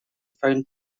found